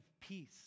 peace